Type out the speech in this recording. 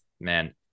Man